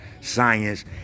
science